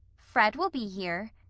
fred will be here,